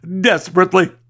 desperately